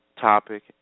topic